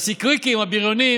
והסיקריקים הבריונים